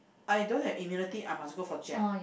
I don't have immunity I must go for jab